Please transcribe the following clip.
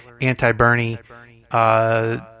anti-Bernie